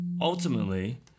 ultimately